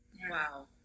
Wow